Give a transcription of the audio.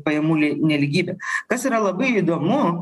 pajamų nelygybę kas yra labai įdomu